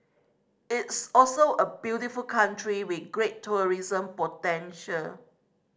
it's also a beautiful country with great tourism potential